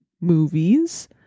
movies